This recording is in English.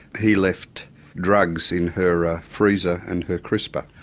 he left drugs in her ah freezer and her crisper.